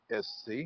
sc